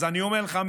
אז אני אומר לך,